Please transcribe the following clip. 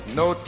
no